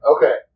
Okay